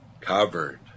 covered